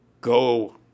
go